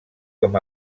com